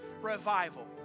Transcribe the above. revival